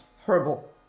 horrible